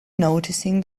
noticing